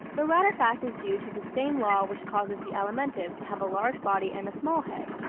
the latter fact is due to the same law which causes the alimentive to have a large body and a small head.